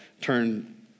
turn